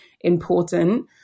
important